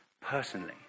personally